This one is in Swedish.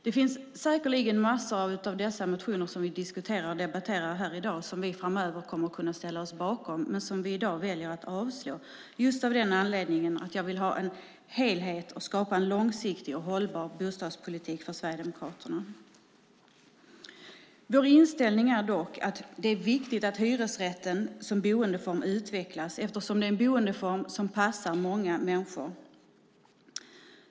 Det finns säkerligen en mängd av de motioner som diskuteras och debatteras i dag som vi framöver kommer att ställa oss bakom men som vi i dag väljer att yrka avslag på, just av den anledningen att vi sverigedemokrater vill ha en helhet och skapa en långsiktig och hållbar bostadspolitik. Vår inställning är att det är viktigt att hyresrätten som boendeform utvecklas eftersom det är en boendeform som passar många människor.